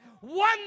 one